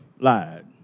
lied